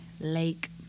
Lake